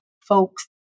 folks